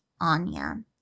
Anya